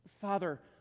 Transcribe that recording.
Father